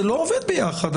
זה לא עובד ביחד.